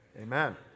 Amen